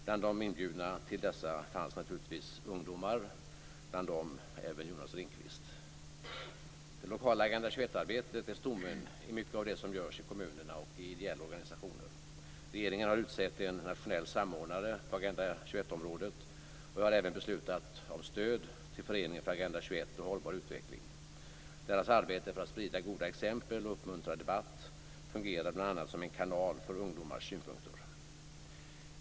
Bland de inbjudna till dessa fanns naturligtvis ungdomar, bland dem även Det lokala Agenda 21-arbetet är stommen i mycket av det som görs i kommunerna och i ideella organisationer. Regeringen har utsett en nationell samordnare på Agenda 21-området, och jag har även beslutat om stöd till Föreningen för Agenda 21 och hållbar utveckling. Deras arbete för att sprida goda exempel och uppmuntra debatt fungerar bl.a. som en kanal för ungdomars synpunkter.